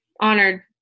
honored